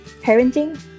parenting